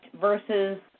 versus